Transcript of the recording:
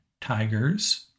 Tigers